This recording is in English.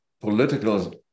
political